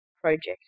project